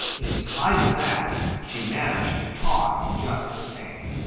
in spite of that she managed to talk just the same.